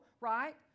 right